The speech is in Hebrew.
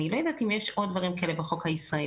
אני לא יודעת אם יש עוד דברים כאלה בחוק הישראלי,